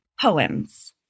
poems